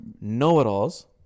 know-it-alls